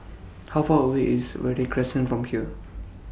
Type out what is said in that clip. How Far away IS Verde Crescent from here